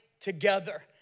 together